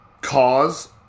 cause